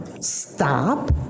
stop